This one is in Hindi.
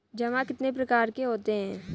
जमा कितने प्रकार के होते हैं?